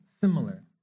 similar